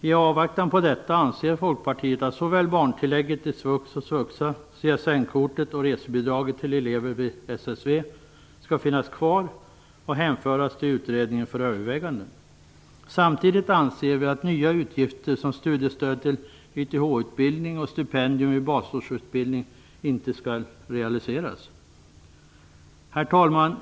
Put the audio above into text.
I avvaktan på detta anser folkpartiet att både barntillägget i svux och svuxa, CSN-kortet och resebidraget till elever vid SSV skall finnas kvar och hänföras till utredningen för övervägande. Samtidigt anser vi att nya utgifter som studiestöd till YTH-utbildning och stipendium vid basårsutbildning inte skall realiseras. Herr talman!